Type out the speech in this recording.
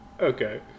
okay